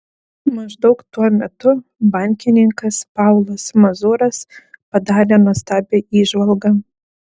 maždaug tuo metu bankininkas paulas mazuras padarė nuostabią įžvalgą